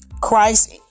Christ